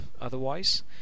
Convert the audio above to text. otherwise